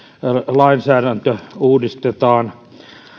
lainsäädäntö uudistetaan